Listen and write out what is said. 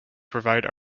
provide